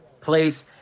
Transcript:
place